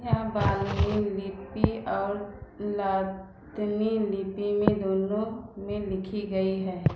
यह बालिनी लिपि और लातिनी लिपि में दोनों में लिखी गई है